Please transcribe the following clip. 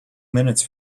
minutes